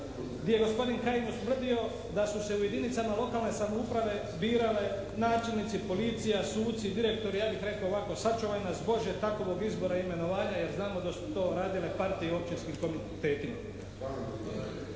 gdje je gospodin Kajin ustvrdio da su se u jedinicama lokalne samouprave birali načelnici policija, suci, direktori. Ja bih rekao ovako: “Sačuvaj nas Bože takovog izbora i imenovanja!“ jer znamo da su to radile partije u općinskim komitetima.